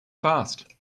fast